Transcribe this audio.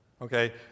Okay